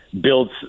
builds